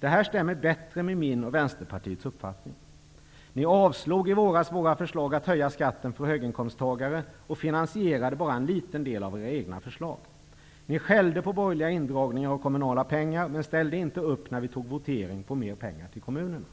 Detta stämmer bättre med min och Vänsterpartiets uppfattning. Ni avslog i våras våra förslag att höja skatten för höginkomsttagare och finansierade bara en liten del av era egna förslag. Ni skällde på borgerliga indragningar av kommunala pengar, men ställde inte upp när vi tog votering på mer pengar till kommunerna.